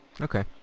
Okay